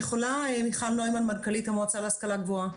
מיכל נוימן, מנכ"לית המועצה להשכלה גבוהה.